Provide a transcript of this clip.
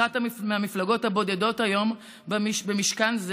אחת מהמפלגות הבודדות היום במשכן זה